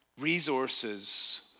resources